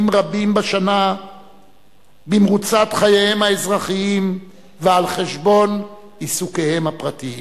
רבים בשנה במרוצת חייהם האזרחיים ועל חשבון עיסוקיהם הפרטיים.